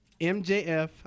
MJF